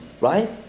right